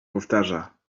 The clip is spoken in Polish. powtarza